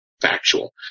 Factual